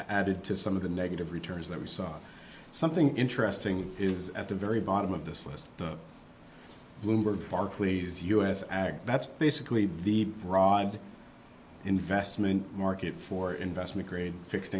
added to some of the negative returns that we saw something interesting is at the very bottom of this list bloomberg barclays u s ag that's basically the broad investment market for investment grade fixed